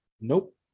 Nope